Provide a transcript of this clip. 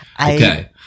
Okay